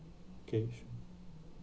okay sure